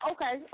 Okay